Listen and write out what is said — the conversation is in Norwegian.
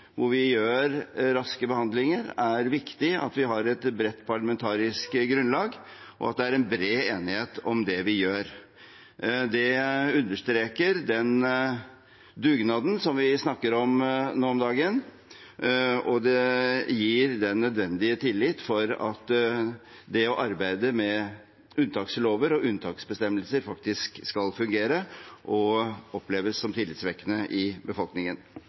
hvor vi gjør raske behandlinger, er viktig at vi har et bredt parlamentarisk grunnlag, og at det er bred enighet om det vi gjør. Det understreker den dugnaden vi snakker om nå om dagen, og det gir den nødvendige tilliten til at det å arbeide med unntakslover og unntaksbestemmelser faktisk fungerer, og at det oppleves som tillitvekkende i befolkningen.